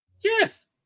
Yes